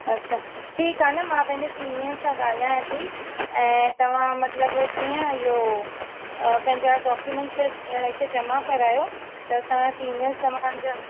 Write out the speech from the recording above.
अच्छा ठीकु आहे न मां पंहिंजे सिनियर सां ॻाल्हायां थी ऐं तव्हां मतिलबु कीअं इहो पंहिंजा डाक्यूमेंट्स हिते जमा करायो त असां सिनियर्स सां मां तव्हां जा